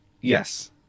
Yes